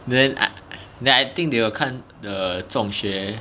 then I then I think they will 看 the 中学